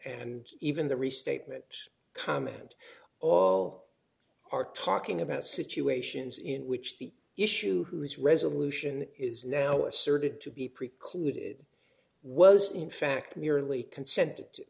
and even the restatement comment all are talking about situations in which the issue has resolution is now asserted to be precluded was in fact merely consented